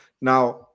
Now